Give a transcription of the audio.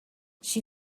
she